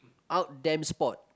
out them sport